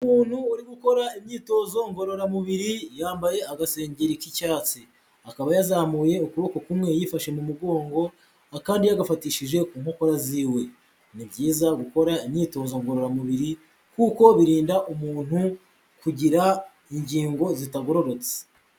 Umuntu uri gukora imyitozo ngororamubiri, yambaye agasengengeri k'icyatsi, akaba yazamuye ukuboko kumwe yifashe mu mugongo akandi yagafatishije ku nkokora ziwe, ni byiza gukora imyitozo ngororamubiri kuko birinda umuntu kugira ingingo zitagororotse.